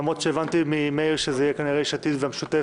למרות שהבנתי ממאיר שכנראה זה יהיה יש עתיד והמשותפת.